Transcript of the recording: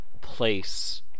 place